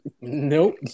Nope